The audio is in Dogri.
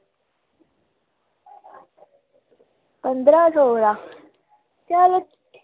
पंदरां सौ दा चलो